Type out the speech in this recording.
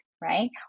Right